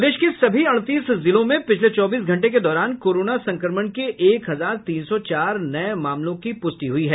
प्रदेश के सभी अड़तीस जिलों में पिछले चौबीस घंटे के दौरान कोरोना संक्रमण के एक हजार तीन सौ चार नए मामले की पुष्टि हुई है